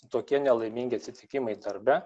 tokie nelaimingi atsitikimai darbe